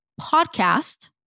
podcast